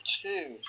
two